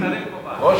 ראש